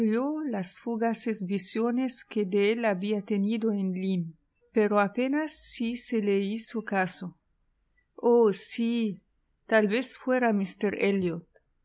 las fugaces visiones que de él había tenido en lyme pero apenas si se le hizo caso i oh sí tal vez fuera